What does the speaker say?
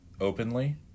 openly